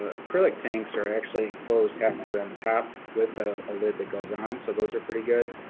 acrylic tanks are actually enclosed halfway on the top with a ah lid that goes on, so those are pretty good.